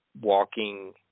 walking